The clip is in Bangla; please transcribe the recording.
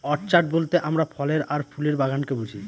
অর্চাড বলতে আমরা ফলের আর ফুলের বাগানকে বুঝি